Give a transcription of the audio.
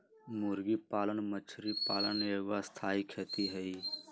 मुर्गी पालन मछरी पालन एगो स्थाई खेती हई